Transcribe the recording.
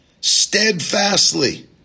steadfastly